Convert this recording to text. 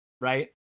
right